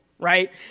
right